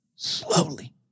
Slowly